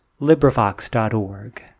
LibriVox.org